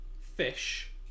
fish